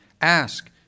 Ask